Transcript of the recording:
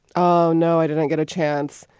oh, no, i didn't get a chance.